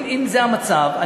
אם זה המצב,